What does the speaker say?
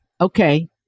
okay